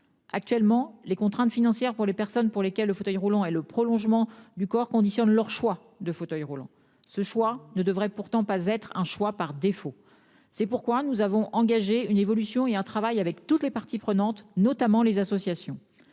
actuellement les contraintes financières pour les personnes pour lesquelles le fauteuil roulant et le prolongement du corps conditionnent leur choix de fauteuil roulant. Ce choix ne devrait pourtant pas être un choix par défaut. C'est pourquoi nous avons engagé une évolution et un travail avec toutes les parties prenantes, notamment les associations